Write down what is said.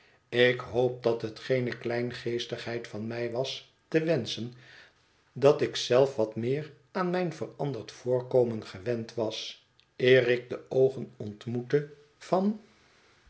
ik hoop dat het geene kleingeestigheid van mij was te wenschen dat ik zelf wat meer aan mijn veranderd voorkomen gewend was eer ik de oogen ontmoette van